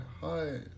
hi